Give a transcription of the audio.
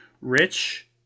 Rich